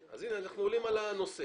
הנה, אנחנו עולים על הנושא.